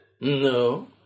No